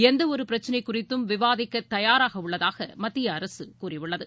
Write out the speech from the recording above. எந்தவொரு பிரச்சினைக் குறித்தும் விவாதிக்க தயாராக உள்ளதாக மத்திய அரசு கூறியுள்ளது